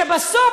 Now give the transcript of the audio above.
שבסוף,